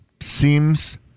seems